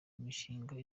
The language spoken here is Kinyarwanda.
imishinga